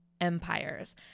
empires